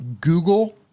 Google